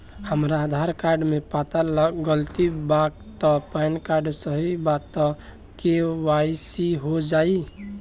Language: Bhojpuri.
हमरा आधार कार्ड मे पता गलती बा त पैन कार्ड सही बा त के.वाइ.सी हो जायी?